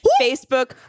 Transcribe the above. Facebook